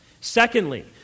Secondly